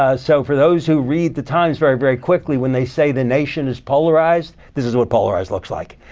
ah so for those who read the times very, very quickly when they say the nation is polarized, this is what polarized looks like.